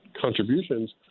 contributions